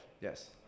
Yes